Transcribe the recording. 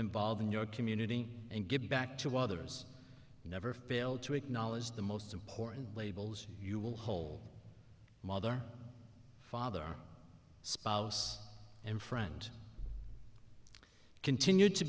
involved in your community and give back to others you never fail to acknowledge the most important labels you will hole mother father spouse and friend continue to